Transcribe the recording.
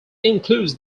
includes